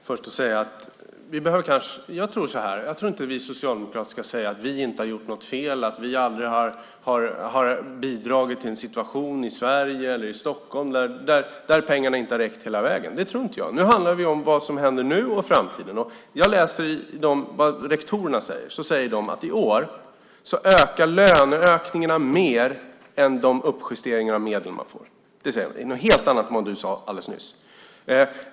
Fru talman! Jag tror inte att vi socialdemokrater ska säga att vi inte har gjort något fel, att vi aldrig har bidragit till en situation i Sverige eller i Stockholm där pengarna inte har räckt hela vägen. Det tror jag inte. Nu handlar det om vad som händer nu och om framtiden. Jag läser vad rektorerna säger. De säger att i år stiger löneökningarna mer än de uppjusteringar av medel som de får. Det är något helt annat än vad du sade alldeles nyss.